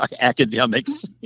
Academics